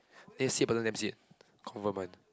then you say burden them is it confirm one